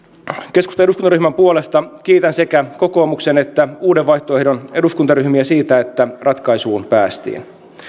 keskustan eduskuntaryhmän puolesta kiitän sekä kokoomuksen että uuden vaihtoehdon eduskuntaryhmiä siitä että ratkaisuun päästiin